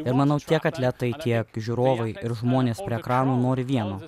ir manau tiek atletai tiek žiūrovai ir žmonės prie ekranų nori vieno